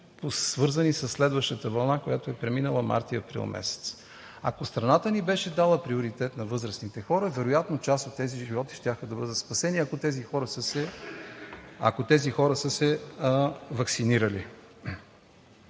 свързани със следващата вълна, която е преминала март и април месец. Ако страната ни беше дала приоритет на възрастните хора, вероятно част от тези животи щяха да бъдат спасени, ако тези хора са се ваксинирали.